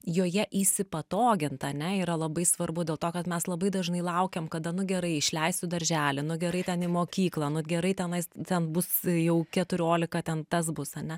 joje įsipatogint ane yra labai svarbu dėl to kad mes labai dažnai laukiam kada nu gerai išleisiu darželį nu gerai ten į mokyklą nu gerai tenai ten bus jau keturiolika ten tas bus ane